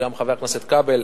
חבר הכנסת כבל,